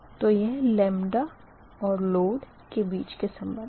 तो यह λ और लोड के बीच संबंध है